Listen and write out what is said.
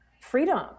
freedom